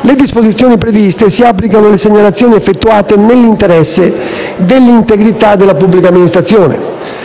Le disposizioni previste si applicano alle segnalazioni effettuate nell'interesse dell'integrità della pubblica amministrazione.